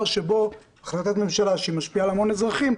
שבו החלטת הממשלה שמשפיעה על המון אזרחים,